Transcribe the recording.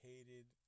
hated